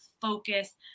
focus